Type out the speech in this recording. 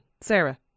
Sarah